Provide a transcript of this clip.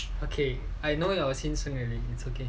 okay I know your 心声 already